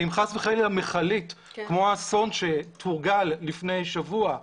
אם חס וחלילה מכלית כמו האסון שתורגל לפני שבוע,